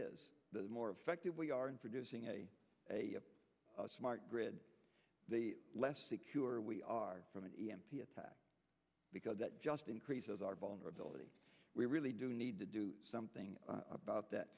the more effective we are in producing a smart grid the less secure we are from an e m p attack because that just increases our vulnerability we really do need to do something about that